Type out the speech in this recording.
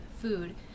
food